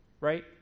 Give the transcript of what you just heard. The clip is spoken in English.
right